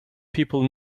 people